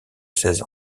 seize